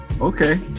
Okay